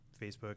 facebook